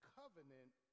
covenant